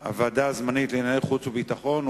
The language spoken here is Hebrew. ועדת החוץ והביטחון הזמנית,